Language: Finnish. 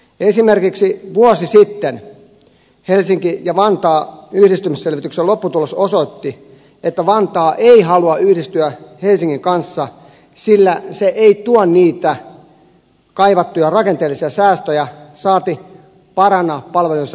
esimerkiksi vuosi sitten helsingin ja vantaan yhdistymisselvityksen lopputulos osoitti että vantaa ei halua yhdistyä helsingin kanssa sillä se ei tuo niitä kaivattuja rakenteellisia säästöjä saati paranna palvelujen saatavuutta